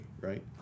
right